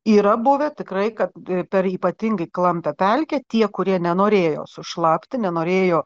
yra buvę tikrai kad per ypatingai klampią pelkę tie kurie nenorėjo sušlapti nenorėjo